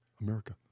America